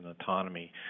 autonomy